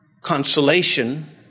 consolation